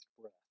breath